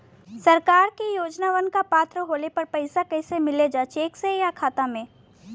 सरकार के योजनावन क पात्र होले पर पैसा कइसे मिले ला चेक से या खाता मे?